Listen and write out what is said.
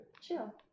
Chill